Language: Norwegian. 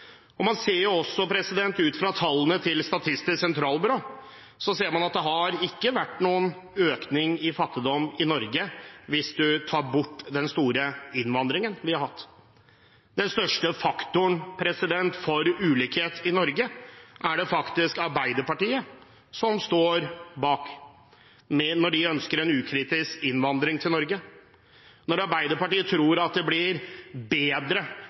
Ut fra tallene til Statistisk sentralbyrå ser man at det har ikke vært noen økning i fattigdom i Norge hvis man tar bort den store innvandringen vi har hatt. Den største faktoren for ulikhet i Norge er det faktisk Arbeiderpartiet som står bak, når de ønsker en ukritisk innvandring til Norge, og når Arbeiderpartiet tror at det blir bedre